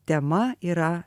tema yra